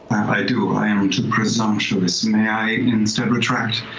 i do, i am too presumptuous. may i instead retract